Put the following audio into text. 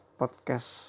podcast